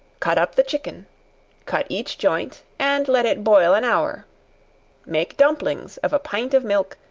cut up the chicken cut each joint, and let it boil an hour make dumplings of a pint of milk,